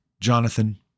Jonathan